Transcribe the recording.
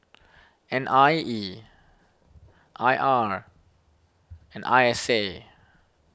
N I E I R and I S A